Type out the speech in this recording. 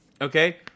okay